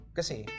Kasi